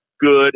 good